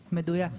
מדויק.